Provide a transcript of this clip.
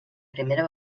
primera